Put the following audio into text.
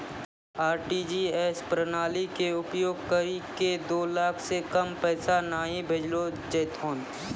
RTGS प्रणाली के उपयोग करि के दो लाख से कम पैसा नहि भेजलो जेथौन